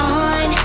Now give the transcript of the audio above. on